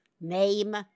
name